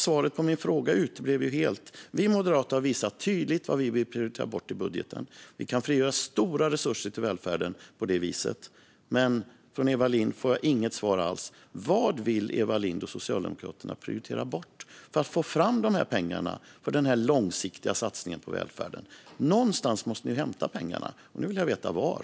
Svaret på min fråga uteblev helt. Vi moderater har tydligt visat vad vi vill prioritera bort i budgeten. Vi kan frigöra stora resurser till välfärden på det viset. Men från Eva Lindh får jag inget svar alls. Vad vill Eva Lindh och Socialdemokraterna prioritera bort för att få fram pengar till den här långsiktiga satsningen på välfärden? Någonstans måste ni ju hämta pengarna. Nu vill jag veta var.